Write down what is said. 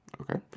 Okay